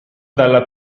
dalla